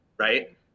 Right